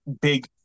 big